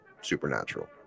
supernatural